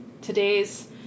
today's